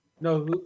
no